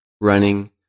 Running